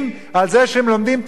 על זה שהם לומדים תורה.